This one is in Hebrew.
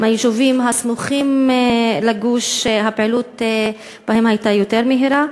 מהיישובים הסמוכים הפעילות הייתה יותר מהירה?